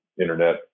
internet